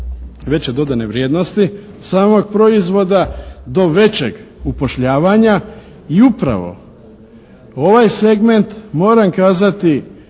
veće dodane vrijednosti samog proizvoda do većeg upošljavanja. I upravo ovaj segment moram kazati